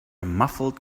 muffled